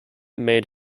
made